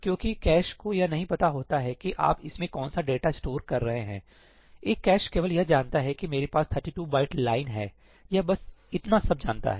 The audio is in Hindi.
क्योंकि कैश को यह नहीं पता होता है कि आप इसमें कौन सा डेटा स्टोर कर रहे हैं एक कैश केवल यह जानता है कि मेरे पास 32 बाइट लाइन है यह बस इतना सब जानता है